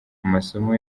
amasomo